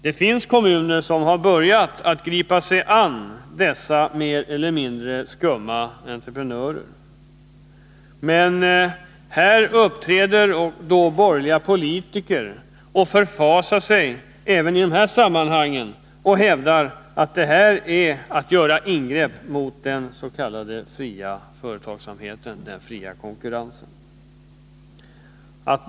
Det finns kommuner som har börjat gripa sig an dessa mer eller mindre skumma entreprenörer, men borgerliga politiker förfasar sig även i det här sammanhanget och hävdar att detta är att göra ingrepp mot den s.k. fria företagsamheten, den fria konkurrensen.